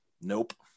Nope